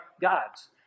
gods